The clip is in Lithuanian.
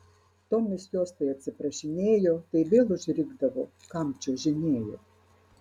tomis jos tai atsiprašinėjo tai vėl užrikdavo kam čiuožinėjo